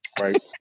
Right